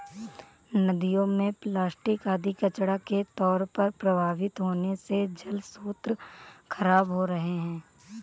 नदियों में प्लास्टिक आदि कचड़ा के तौर पर प्रवाहित होने से जलस्रोत खराब हो रहे हैं